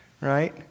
right